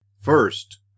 First